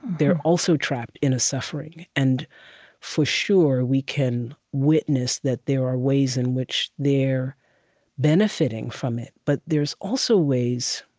they're also trapped in a suffering. and for sure, we can witness that there are ways in which they're benefiting from it. but there's also ways,